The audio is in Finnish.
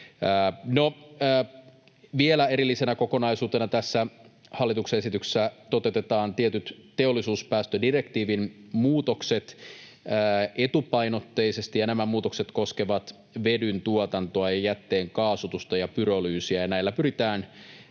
Vielä erillisenä kokonaisuutena tässä hallituksen esityksessä toteutetaan tietyt teollisuuspäästödirektiivin muutokset etupainotteisesti, ja nämä muutokset koskevat vedyn tuotantoa ja jätteen kaasutusta ja pyrolyysiä. Näillä pyritään sujuvoittamaan